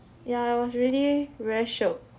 ya it was really very shiok